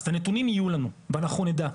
אז, את הנתונים יהיו לנו ואנחנו נדע.